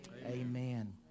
Amen